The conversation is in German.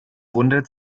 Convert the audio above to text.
wundert